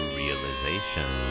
realization